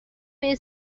این